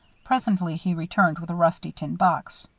presently he returned with a rusty tin box.